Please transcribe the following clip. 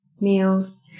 meals